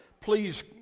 please